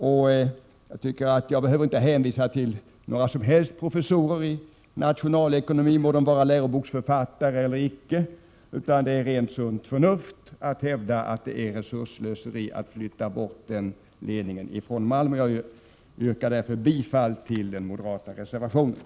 Jag tycker inte jag behöver hänvisa till några som helst professorer i nationalekonomi, de må vara läroboksförfattare eller icke, utan det är rent sunt förnuft att hävda att det är resursslöseri att flytta bort ledningen från Malmö. Jag yrkar därför bifall till den moderata reservationen.